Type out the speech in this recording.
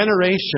generation